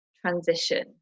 transition